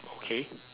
okay